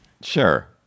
Sure